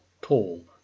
tall